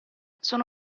sono